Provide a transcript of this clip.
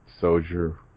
Soldier